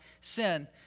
sin